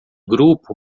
grupo